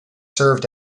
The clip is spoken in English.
served